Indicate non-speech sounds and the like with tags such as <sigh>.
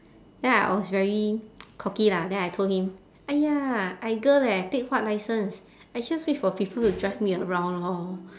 then I was very <noise> cocky lah then I told him !aiya! I girl leh take what license I just wait for people to drive me around lor